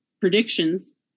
predictions